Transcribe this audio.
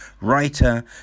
writer